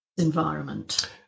Environment